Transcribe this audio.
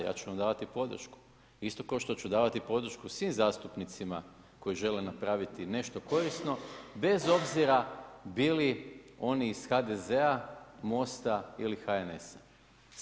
Ja ću vam davati podršku isto kao što ću davati podršku svim zastupnicima koji žele napraviti nešto korisno bez obzira bili oni iz HDZ-a, Mosta ili HNS-a.